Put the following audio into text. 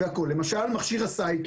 למשל מכשיר הסייקי,